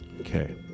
Okay